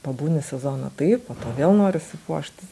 pabūni sezoną taip po to vėl norisi puoštis